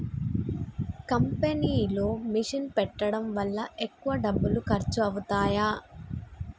కంపెనీలో మిషన్ పెట్టడం వల్ల ఎక్కువ డబ్బులు ఖర్చు అవుతాయి